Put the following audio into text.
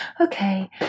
okay